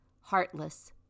heartless